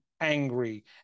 angry